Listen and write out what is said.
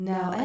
Now